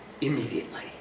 immediately